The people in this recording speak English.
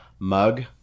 mug